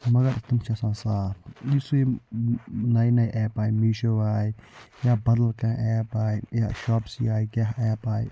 تہٕ مَگر تِم چھِ آسان صاف یُس یِم نَیہِ نَیہِ ایپہٕ آیہِ مِیٖشو آیہِ یا بدل کانٛہہ ایپ آیہِ یا شواپسی آیہِ کیٛاہ ایپ آیہِ